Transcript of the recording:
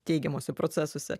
teigiamuose procesuose